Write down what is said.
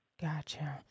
Gotcha